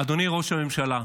אדוני ראש הממשלה,